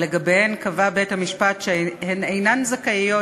אבל לגביהן קבע בית-המשפט שהן אינן זכאיות